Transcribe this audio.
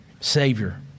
savior